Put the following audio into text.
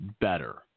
better